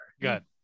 Good